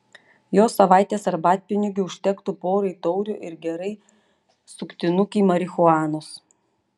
jos savaitės arbatpinigių užtektų porai taurių ir gerai suktinukei marihuanos